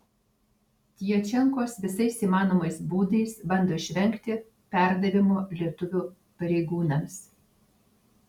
djačenkos visais įmanomais būdais bando išvengti perdavimo lietuvių pareigūnams